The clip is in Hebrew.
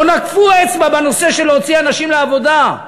לא נקפו אצבע בנושא של להוציא אנשים לעבודה.